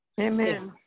Amen